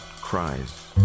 cries